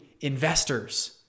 investors